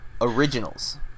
originals